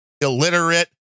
illiterate